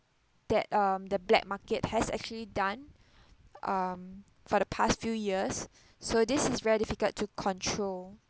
that um the black market has actually done um for the past few years so this is very difficult to control